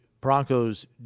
Broncos